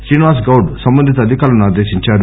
శ్రీనివాస్ గౌడ్ సంబంధిత అధికారులను ఆదేశించారు